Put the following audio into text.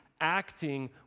acting